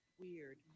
Weird